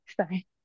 Sorry